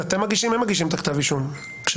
אתם מגישים או הם מגישים את כתב האישום כשזה